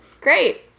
Great